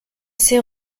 ses